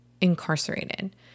incarcerated